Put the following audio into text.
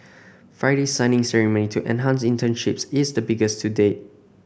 Friday's signing ceremony to enhance internships is the biggest to date